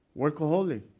workaholic